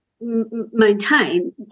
maintain